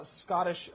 Scottish